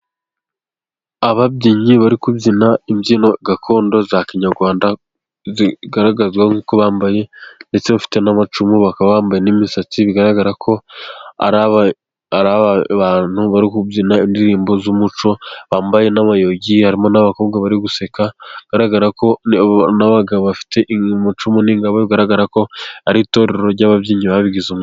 Ababyinnyi bari kubyina imbyino gakondo za kinyarwanda, zigaragazwa n'uko bambaye, ndetse bafite n'amacumu bakaba bambaye n'imisatsi, bigaragara ko ari abantu bari kubyina indirimbo z'umuco bambaye n'amayugi harimo n'abakobwa bari guseka, hagaragara ko ari abagabo bafite amucumu n'ingabo bigaragara ko ari itorero ry'ababyinnyi babigize umwuga.